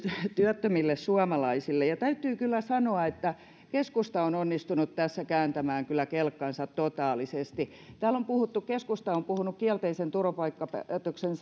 työttömille suomalaisille täytyy kyllä sanoa että keskusta on onnistunut tässä kääntämään kyllä kelkkansa totaalisesti keskusta on täällä puhunut kielteisen turvapaikkapäätöksen